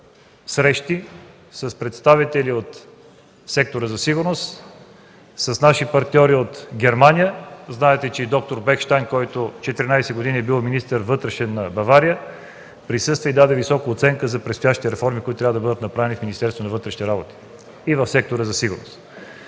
срещи с представители от сектора за сигурност, с наши партньори от Германия. Знаете, че и д-р Бекщайн, който 14 години е бил вътрешен министър на Бавария, присъства и даде висока оценка за предстоящите реформи, които трябва да бъдат направени в Министерството на вътрешните работи и в сектора за сигурност.